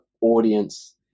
audience